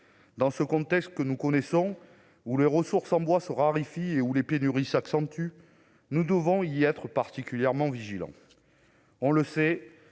dans ce contexte que nous connaissons, où les ressources en bois se raréfie et où les pénuries s'accentue, nous devons y être particulièrement vigilant, on le sait,